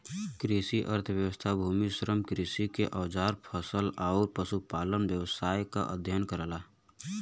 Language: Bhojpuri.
कृषि अर्थशास्त्र भूमि, श्रम, कृषि के औजार फसल आउर पशुपालन व्यवसाय क अध्ययन करला